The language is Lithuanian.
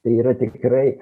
tai yra tikrai